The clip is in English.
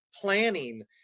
planning